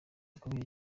ukubera